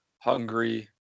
hungry